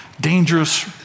dangerous